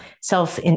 self